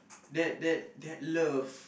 that that that love